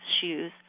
shoes